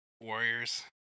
Warriors